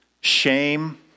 shame